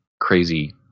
crazy